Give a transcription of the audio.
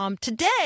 Today